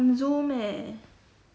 zoom eh